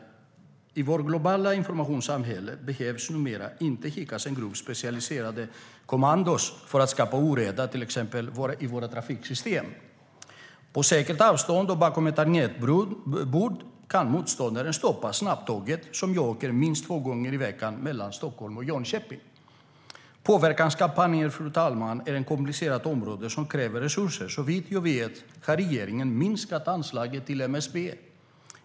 I vårt globala informationssamhälle behöver man numera inte skicka en grupp specialiserade kommandosoldater för att skapa oreda i till exempel våra trafiksystem. På säkert avstånd och bakom ett tangentbord kan motståndaren stoppa snabbtåget som jag åker minst två gånger i veckan mellan Stockholm och Jönköping.Påverkanskampanjer, fru talman, är ett komplicerat område som kräver resurser. Såvitt jag vet har regeringen minskat anslaget till MSB.